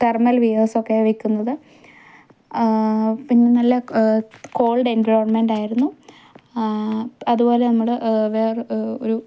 thermal viewers ഒക്കെ വിൽക്കുന്നത് പിന്നെ നല്ല കോൾഡ് എൻവിയോണ്മെന്റ് ആയിരുന്നു അതുപോലെ നമ്മുടെ വേറെ ഒരു